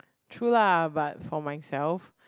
true lah but for myself